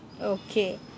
Okay